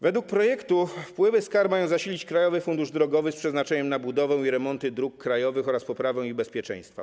Według projektu wpływy z kar mają zasilić Krajowy Fundusz Drogowy z przeznaczeniem na budowę i remonty dróg krajowych oraz poprawę ich bezpieczeństwa.